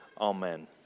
Amen